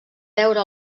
veure